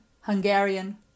Hungarian